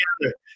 together